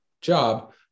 job